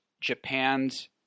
Japan's